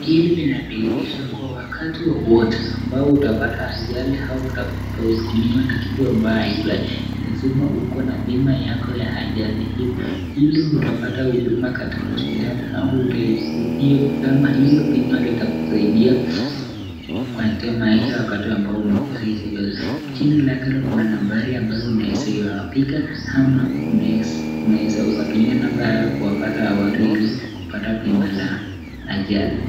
Hili linadhihirisha kuwa wakati wowote ambao utapata ajali au utadhukumiwa na kitu ambayo, lazima uwe na bima yako ya ajali hivi ili upate huduma katika hospitali au uta hiyo kama hilo bima litakusaidia katika maisha wakati ambao umekosa hizo. Chini yake kuna nambari ambayo unaweza yapiga ama unaweza unaweza ukatumia nambari hiyo kuwapata hawa watu ili kupata pima la ajali.